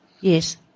Yes